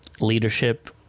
leadership